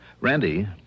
Randy